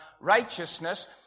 righteousness